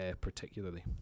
particularly